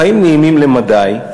חיים נעימים למדי,